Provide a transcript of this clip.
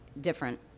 different